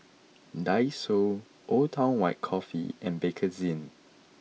Daiso Old Town White Coffee and Bakerzin